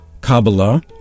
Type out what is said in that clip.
Kabbalah